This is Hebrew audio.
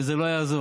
וזה לא יעזור,